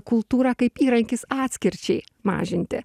kultūra kaip įrankis atskirčiai mažinti